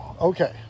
okay